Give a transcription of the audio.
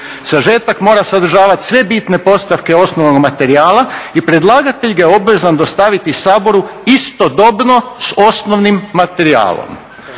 Sažetak mora sadržavati sve bitne postavke osnovnog materijala i predlagatelj ga je obvezan dostaviti Saboru istodobno s osnovnim materijalom."